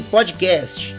Podcast